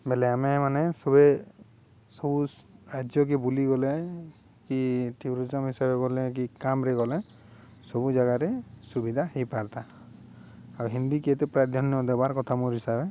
ବୋଲେ ଆମେମାନେ ସବେ ସବୁ ରାଜ୍ୟକେ ବୁଲିଗଲେ କି ଟୁରିଜିମ୍ ହିସାବରେ ଗଲେ କି କାମରେ ଗଲେ ସବୁ ଜାଗାରେ ସୁବିଧା ହେଇପାରତା ଆଉ ହିନ୍ଦୀକେ ଏତେ ପ୍ରାଧାନ୍ୟ ଦେବାର୍ କଥା ମୋର୍ ହିସାବରେ